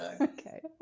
okay